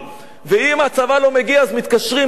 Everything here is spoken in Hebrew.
ואם הצבא לא מגיע אז מתקשרים: איפה אתם?